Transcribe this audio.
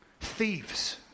Thieves